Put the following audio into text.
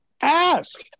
ask